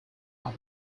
are